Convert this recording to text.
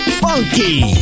funky